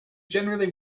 generally